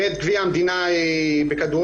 ואת גביע המדינה בכדורגל,